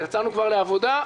יצאנו כבר לעבודה,